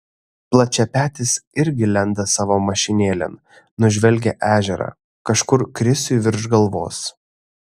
plačiapetis irgi lenda savo mašinėlėn nužvelgia ežerą kažkur krisiui virš galvos